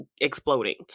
exploding